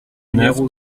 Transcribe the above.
neuf